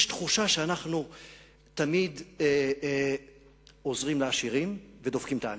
יש תחושה שאנחנו תמיד עוזרים לעשירים ודופקים את העניים.